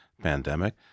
pandemic